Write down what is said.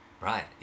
Right